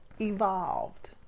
evolved